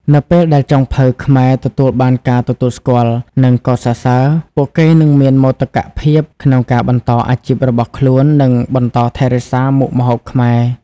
នៅពេលដែលចុងភៅខ្មែរទទួលបានការទទួលស្គាល់ និងកោតសរសើរ ពួកគេនឹងមានមោទកភាពក្នុងការបន្តអាជីពរបស់ខ្លួន និងបន្តថែរក្សាមុខម្ហូបខ្មែរ។